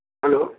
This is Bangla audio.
হ্যালো